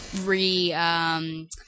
re-